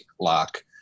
lock